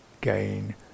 gain